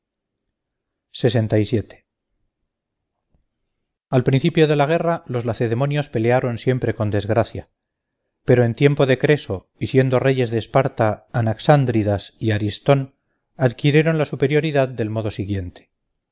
al principio de la guerra los lacedemonios pelearon siempre con desgracia pero en tiempo de creso y siendo reyes de esparta anaxandridas y ariston adquirieron la superioridad del modo siguiente